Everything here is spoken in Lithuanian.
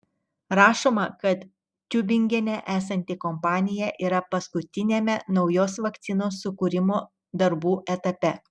rašoma kad tiubingene esanti kompanija yra paskutiniame naujos vakcinos sukūrimo darbų etape